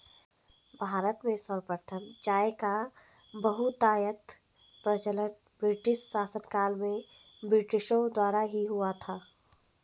भारत में सर्वप्रथम चाय का बहुतायत प्रचलन ब्रिटिश शासनकाल में ब्रिटिशों द्वारा ही हुआ था